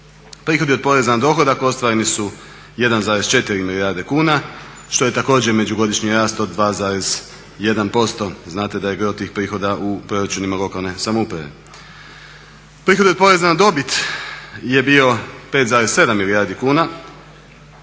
Prihodi od poreza na dohodak ostvareni su 1,4 milijarde kuna što je također međugodišnji rast od 2,1%. Znate da je gro tih prihoda u proračunima lokalne samouprave. Prihodi od poreza na dobit je bio 5,7 milijardi kuna